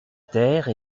terre